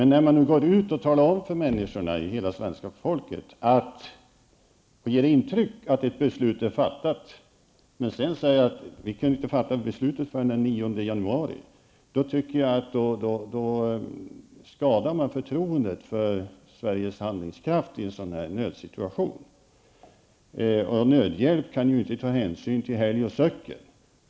När man går ut och ger hela svenska folket intrycket att ett beslut är fattat, men sedan säger att man inte kunde fatta beslutet förrän den 9 januari, tycker jag att man skadar förtroendet för Sveriges handlingskraft i en nödsituation. Nödhjälp kan inte ta hänsyn till helg och söcken.